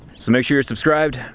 so make sure you're subscribed.